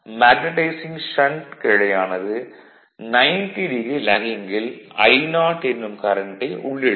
magnetising shunt கிளையானது 90 degree லேகிங்கில் I0 என்னும் கரண்ட்டை உள்ளிழுக்கும்